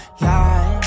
life